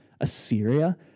Assyria